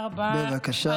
בבקשה.